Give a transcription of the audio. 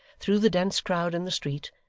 through the dense crowd in the street,